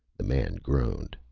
the man groaned.